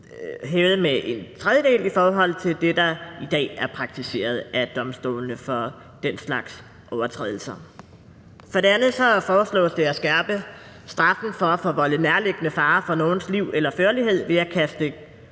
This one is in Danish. hævet med en tredjedel i forhold til det, der i dag er praktiseret af domstolene i forbindelse med den slags overtrædelser. For det andet foreslås det at skærpe straffen for at forvolde nærliggende fare for nogens liv eller førlighed ved at kaste